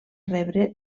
rebre